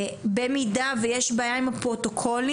במידה ויש בעיה עם הפרוטוקולים,